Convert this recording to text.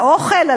על האוכל?